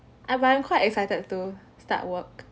I'm I'm quite excited to start work